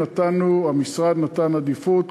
המשרד נתן עדיפות